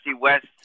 West